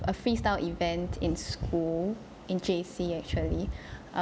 a freestyle event in school in J_C actually